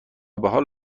بحال